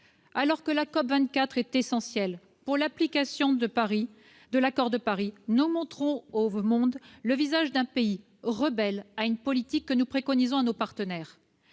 Alors que la COP24 est essentielle pour l'application de l'accord de Paris, nous montrons au monde le visage d'un pays rebelle à une politique que nous préconisons à nos partenaires.